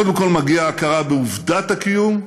קודם כול מגיעה ההכרה בעובדת הקיום,